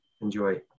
enjoy